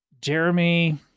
Jeremy